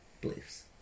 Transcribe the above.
beliefs